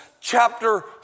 chapter